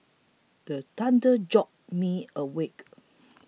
the thunder jolt me awake